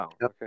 Wow